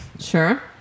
Sure